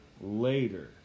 later